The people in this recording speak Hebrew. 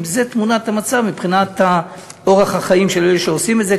אם זו תמונת המצב מבחינת אורח החיים של אלה שעושים את זה,